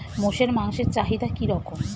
মোষের মাংসের চাহিদা কি রকম?